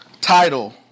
title